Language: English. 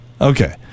Okay